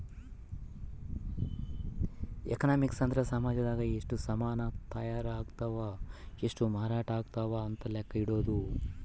economics ಅಂದ್ರ ಸಾಮಜದಾಗ ಎಷ್ಟ ಸಾಮನ್ ತಾಯರ್ ಅಗ್ತವ್ ಎಷ್ಟ ಮಾರಾಟ ಅಗ್ತವ್ ಅಂತ ಲೆಕ್ಕ ಇಡೊದು